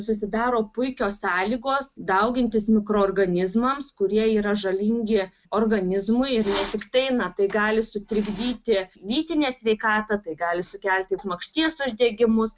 susidaro puikios sąlygos daugintis mikroorganizmams kurie yra žalingi organizmui yra tiktai na tai gali sutrikdyti lytinę sveikatą tai gali sukelti makšties uždegimus